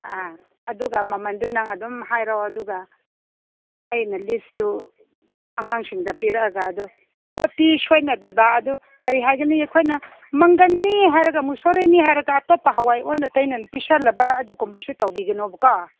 ꯑꯥ ꯑꯗꯨꯒ ꯃꯃꯟꯗꯨ ꯅꯪ ꯑꯗꯨꯝ ꯍꯥꯏꯔꯣ ꯑꯗꯨꯒ ꯑꯩꯅ ꯂꯤꯁꯇꯨ ꯑꯉꯥꯡꯁꯤꯡꯗ ꯄꯤꯔꯛꯑꯒ ꯑꯗꯨ ꯄꯣꯠꯇꯤ ꯁꯣꯏꯅꯗꯕ ꯑꯗꯨ ꯀꯔꯤ ꯍꯥꯏꯒꯅꯤ ꯑꯩꯈꯣꯏꯅ ꯃꯪꯒꯟꯅꯤ ꯍꯥꯏꯔꯒ ꯃꯣꯁꯣꯔꯤꯅꯤ ꯍꯥꯏꯔꯒ ꯑꯇꯣꯞꯄ ꯍꯋꯥꯏ ꯑꯣꯟꯅ ꯇꯩꯅꯕ ꯄꯤꯁꯜꯂꯕ ꯑꯗꯨꯒꯨꯝꯕꯁꯨ ꯇꯧꯕꯤꯒꯅꯣꯕ ꯀꯣ